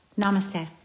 Namaste